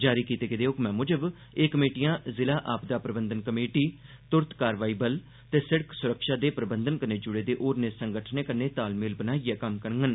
जारी कीते गेदे हुक्मै मुजब एह् कमेटियां जिला आपदा प्रबंधन कमेटी तुरत कारवाई बल ते सिड़क सुरक्षा दे प्रबंधन कन्नै जुड़े दे होरनें संगठनें कन्नै तालमेल बनाइयै कम्म करङन